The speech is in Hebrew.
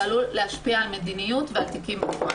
ועלול להשפיע על מדיניות ועל תיקים בפועל.